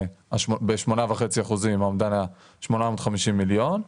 ב-8.5 אחוזים עמדה על 850 מיליון,